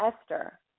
Esther